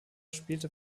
spielte